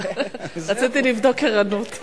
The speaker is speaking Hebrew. רציתי לבדוק ערנות.